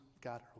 God